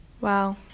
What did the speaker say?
Wow